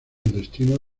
destino